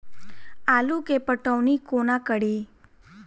आलु केँ पटौनी कोना कड़ी?